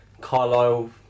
Carlisle